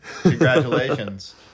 Congratulations